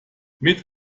mit